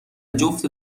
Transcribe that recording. جفت